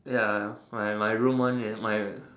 ya my my room one is mine right